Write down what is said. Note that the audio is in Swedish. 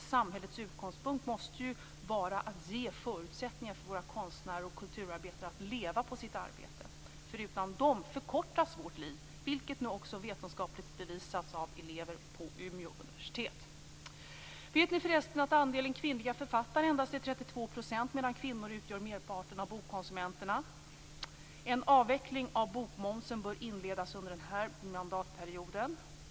Samhällets utgångspunkt måste vara att ge förutsättningar för våra konstnärer och kulturarbetare att leva på sitt arbete. Förutan dem förkortas vårt liv, vilket nu också vetenskapligt bevisats av elever på Umeå universitet. Vet ni för resten att andelen kvinnliga författare endast är 32 %, medan kvinnor utgör merparten av bokkonsumenterna? En avveckling av bokmomsen bör inledas under den här mandatperioden.